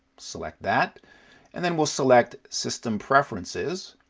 select that and then we'll select system preferences